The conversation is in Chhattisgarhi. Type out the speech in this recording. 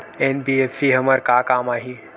एन.बी.एफ.सी हमर का काम आही?